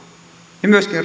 ja myöskin